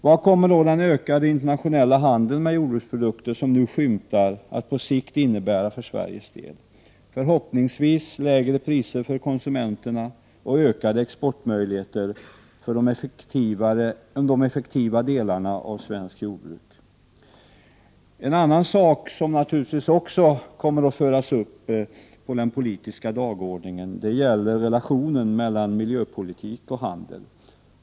Vad kommer då den ökade internationella handel med jordbruksprodukter som nu skymtar att innebära för Sveriges del på sikt? Förhoppningsvis lägre priser för konsumenterna och utökade exportmöjligheter för de effektiva delarna av svenskt jordbruk. En annan fråga som naturligtvis också kommer att föras upp på den politiska dagordningen gäller relationen mellan miljöpolitik och handel.